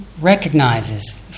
recognizes